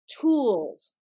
tools